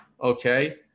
okay